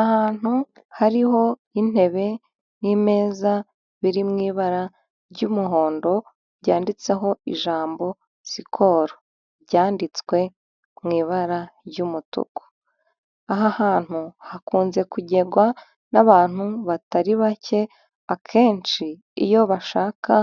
Ahantu hariho intebe n'imeza biri mu ibara ry'umuhondo ryanditseho ijambo sikoro byanditswe mu ibara ry'umutuku aha hantu hakunze kugerwa n'abantu batari bake akenshi iyo bashaka